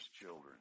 children